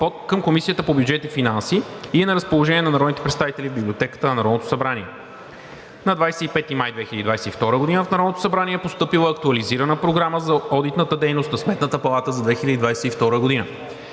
към Комисията по бюджет и финанси и е на разположение на народните представители в Библиотеката на Народното събрание. На 25 май 2022 г. в Народното събрание е постъпила актуализирана Програма за одитната дейност на Сметната палата за 2022 г.